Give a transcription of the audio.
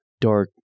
dark